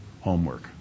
homework